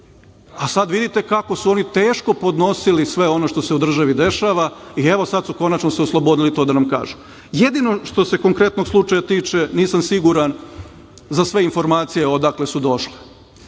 a sada vidite kako su oni nešto podnosili sve ono što se u državi dešava i evo sada su se konačno oslobodili to da nam kažu. Jedino što se konkretnog slučaja tiče nisam siguran za sve informacije odakle su došle,